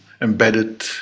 embedded